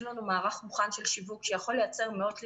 יש לנו מערך מוכן של שיווק שיכול לייצר מאות לידים.